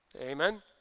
Amen